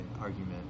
argument